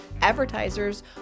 advertisers